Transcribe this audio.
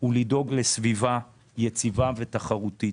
הוא לדאוג לסביבה יציבה ותחרותית.